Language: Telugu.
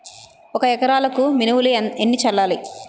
ఒక ఎకరాలకు మినువులు ఎన్ని చల్లాలి?